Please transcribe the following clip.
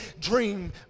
dream